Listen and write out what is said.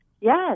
Yes